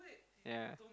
ya